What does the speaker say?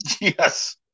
Yes